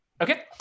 Okay